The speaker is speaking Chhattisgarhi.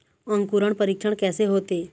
अंकुरण परीक्षण कैसे होथे?